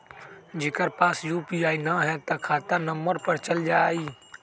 जेकरा पास यू.पी.आई न है त खाता नं पर चल जाह ई?